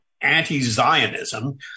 anti-Zionism